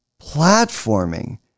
platforming